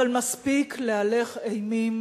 אבל מספיק להלך אימים